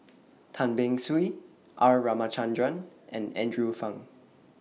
Tan Beng Swee R Ramachandran and Andrew Phang